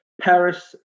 Paris